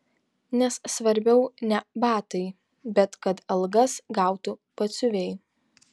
nes svarbiau ne batai bet kad algas gautų batsiuviai